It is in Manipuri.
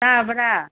ꯇꯥꯕꯔꯥ